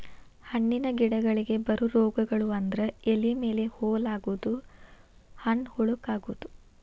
ಹಣ್ಣಿನ ಗಿಡಗಳಿಗೆ ಬರು ರೋಗಗಳು ಅಂದ್ರ ಎಲಿ ಮೇಲೆ ಹೋಲ ಆಗುದು, ಹಣ್ಣ ಹುಳಕ ಅಗುದು